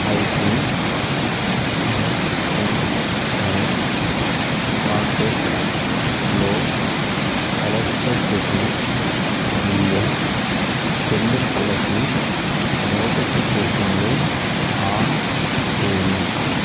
ICICI Pockets లో electricity bill చెల్లింపులకి notification on చేయి